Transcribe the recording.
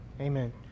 Amen